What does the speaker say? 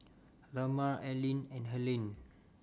Lamar Aline and Helaine